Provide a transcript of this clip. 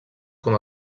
com